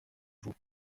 vous